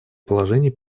положений